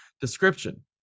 Description